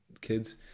kids